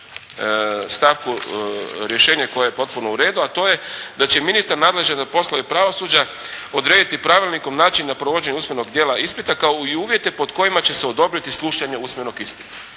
stavku rješenje koje je potpuno u redu, a to je da će ministar nadležan za poslove pravosuđa odrediti pravilnikom načine provođenja usmenog dijela ispita kao i uvjete pod kojima će se odobriti slušanje usmenog ispita.